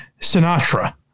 Sinatra